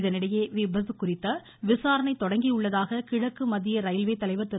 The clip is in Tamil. இதனிடையே இவ்விபத்து குறித்த விசாரணை தொடங்கியுள்ளதாக கிழக்கு மத்திய ரயில்வே தலைவர் திரு